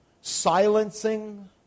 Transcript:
silencing